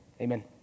Amen